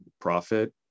profit